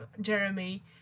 Jeremy